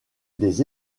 des